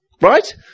right